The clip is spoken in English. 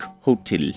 hotel